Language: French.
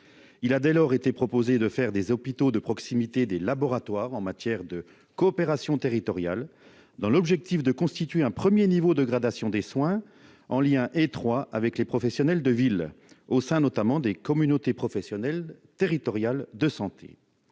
Il a été proposé de faire des hôpitaux de proximité de véritables laboratoires de la coopération territoriale dans le but de constituer un premier niveau de gradation des soins, en lien étroit avec les professionnels de ville, au sein notamment des communautés professionnelles territoriales de santé